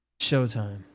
Showtime